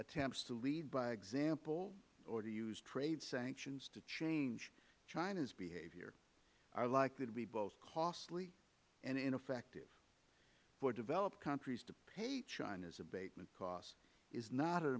attempts to lead by example or to use trade sanctions to change china's behavior are likely to be both costly and ineffective for developed countries to pay china's abatement cost is not an